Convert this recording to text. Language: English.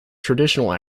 traditional